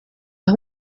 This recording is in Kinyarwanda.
aha